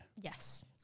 yes